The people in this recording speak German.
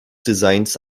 designs